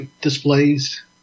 displays